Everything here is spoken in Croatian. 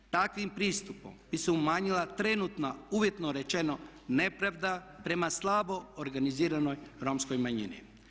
Takvim pristupom bi se umanjila trenutno uvjetno rečena nepravda prema slabo organiziranoj Romskoj manjini.